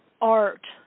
art